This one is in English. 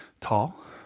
tall